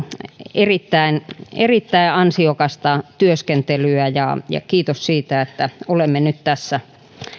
erittäin erittäin ansiokasta työskentelyä kiitos siitä että olemme nyt tässä